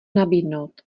nabídnout